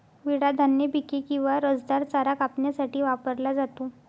विळा धान्य पिके किंवा रसदार चारा कापण्यासाठी वापरला जातो